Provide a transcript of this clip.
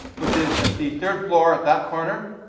which is at the third floor at that corner.